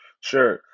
Sure